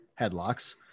headlocks